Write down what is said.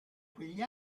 quegli